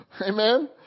Amen